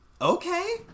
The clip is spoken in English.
Okay